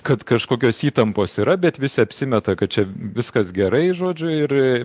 kad kažkokios įtampos yra bet visi apsimeta kad čia viskas gerai žodžiu ir